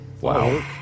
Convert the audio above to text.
Wow